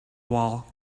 while